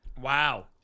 Wow